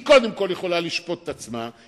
קודם כול היא יכולה לשפוט את עצמה,